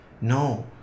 No